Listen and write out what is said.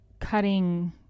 cutting